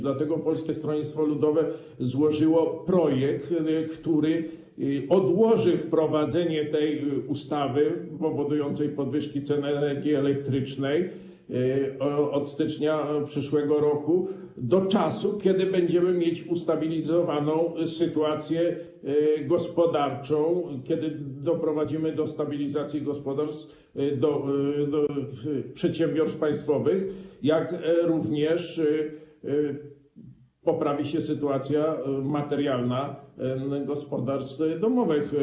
Dlatego Polskie Stronnictwo Ludowe złożyło projekt, który odłoży wprowadzenie tej ustawy powodującej podwyżki cen energii elektrycznej od stycznia przyszłego roku do czasu, kiedy będziemy mieć ustabilizowaną sytuację gospodarczą, kiedy doprowadzimy do stabilizacji gospodarstw, przedsiębiorstw państwowych, jak również, kiedy poprawi się sytuacja materialna gospodarstw domowych.